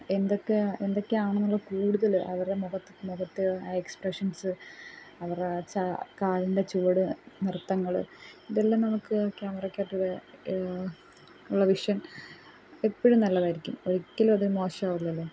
എന്തക്കെ എന്തക്കെയാണെന്നുള്ള കൂടുതൽ അവരെ മുഖത്ത് മുഖത്തെ ആ എക്സ്പ്രഷൻസ്സ് അവരുടെ ചാ കാലിന്റെ ചുവട് നൃത്തങ്ങൾ ഇതെല്ലം നമുക്ക് ക്യാമറക്കകത്തൂടെ ഉള്ള വിഷൻ എപ്പോഴും നല്ലതായിരിക്കും ഒരിക്കലുവത് മോശമാവില്ലല്ലോ